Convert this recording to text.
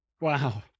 Wow